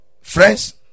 friends